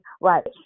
Right